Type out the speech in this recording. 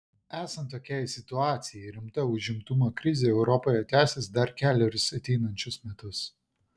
esant tokiai situacijai rimta užimtumo krizė europoje tęsis dar kelerius ateinančius metus